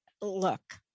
look